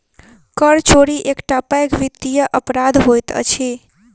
कर चोरी एकटा पैघ वित्तीय अपराध होइत अछि